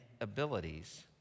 abilities